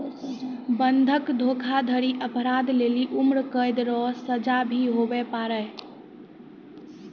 बंधक धोखाधड़ी अपराध लेली उम्रकैद रो सजा भी हुवै पारै